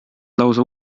lausa